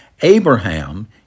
Abraham